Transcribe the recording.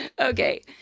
Okay